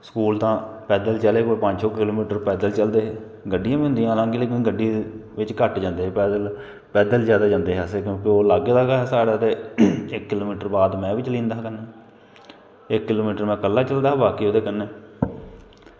school तां पैदल चले कोई पंज छे किलो मीटर पैदल चलदे हे गड्डियां बी होंदियां हालांके लेकिन गड्डी बिच्च घट्ट जंदे हे पैदल ज्यादा जंदे हे अस क्योंकि ओह् लाग्गे दा हा गै साढ़े ते इक किलो मीटर बाद में बी चली जंदा हा कन्नै इक किलो मीटर में कल्ला चलदा हा बोकी ओह्दे कन्नै